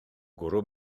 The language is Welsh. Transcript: gwrw